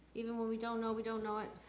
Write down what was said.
even when we don't know we don't know it,